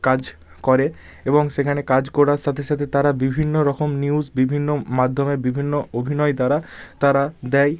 কাজ করে এবং সেখানে কাজ করার সাথে সাথে তারা বিভিন্ন রকম নিউজ বিভিন্ন মাধ্যমে বিভিন্ন অভিনয় তারা তারা দেয়